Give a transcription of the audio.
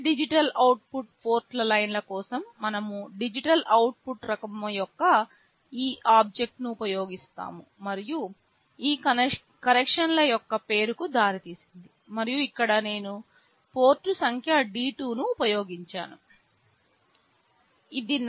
అన్ని digital output port లైన్ల కోసం మనము డిజిటల్ అవుట్ రకం యొక్క ఈ ఆబ్జెక్ట్ ను ఉపయోగిస్తాము మరియు ఈ కనెక్షన్ యొక్క పేరు కు దారితీసింది మరియు ఇక్కడ నేను పోర్ట్ సంఖ్య D2 ను ఉపయోగించాను